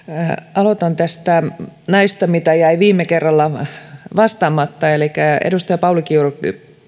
aloitan näistä jotka jäivät viime kerralla vastaamatta kun edustaja pauli kiuru